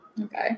Okay